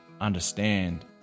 understand